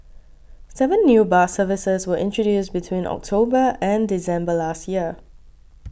seven new bus services were introduced between October and December last year